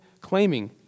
claiming